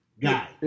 Guy